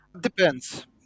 Depends